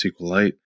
SQLite